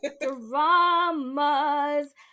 dramas